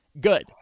good